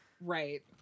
right